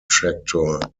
tractor